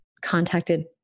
contacted